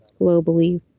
globally